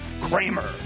Kramer